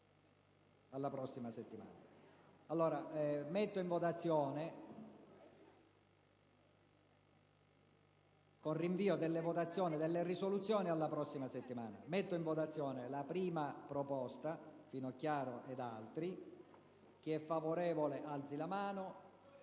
alla prossima settimana.